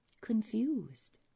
confused